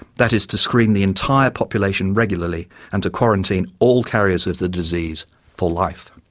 that is to screen the entire population regularly and to quarantine all carriers of the disease for life.